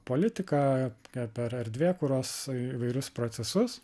politiką tokią per erdvėkūros įvairius procesus